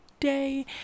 day